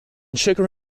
sugar